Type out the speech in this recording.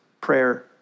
prayer